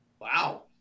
Wow